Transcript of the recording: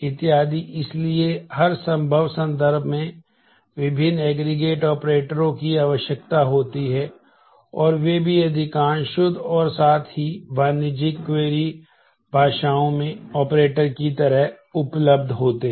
इत्यादि इसलिए हर संभव संदर्भ में विभिन्न एग्रीगेट ऑपरेटरों की आवश्यकता होती है और वे भी अधिकांश शुद्ध और साथ ही वाणिज्यिक क्वेरी की तरह उपलब्ध होते हैं